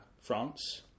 France